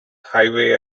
highway